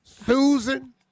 Susan